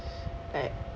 like